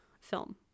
film